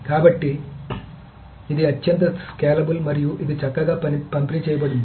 కాబట్టి ఇది అత్యంత స్కేలబుల్ మరియు ఇది చక్కగా పంపిణీ చేయబడింది